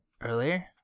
Earlier